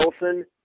Wilson